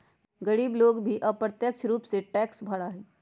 गरीब लोग भी अप्रत्यक्ष रूप से टैक्स भरा हई